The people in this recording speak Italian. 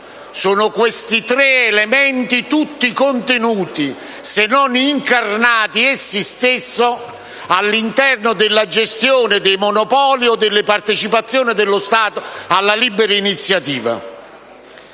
denaro. Questi tre elementi sono tutti contenuti, se non incarnati essi stessi, all'interno della gestione dei monopoli o delle partecipazioni dello Stato alla libera iniziativa.